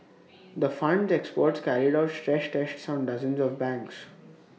the Fund's experts carried out stress tests on dozens of banks